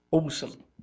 awesome